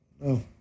no